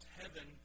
heaven